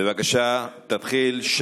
בבקשה, תתחיל.